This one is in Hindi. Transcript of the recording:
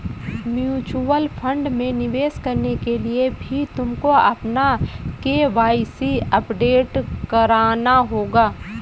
म्यूचुअल फंड में निवेश करने के लिए भी तुमको अपना के.वाई.सी अपडेट कराना होगा